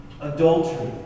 adultery